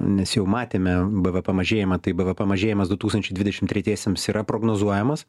nes jau matėme bvp mažėjimą tai bvp mažėjimas du tūkstančiai dvidešim tretiesiems yra prognozuojamas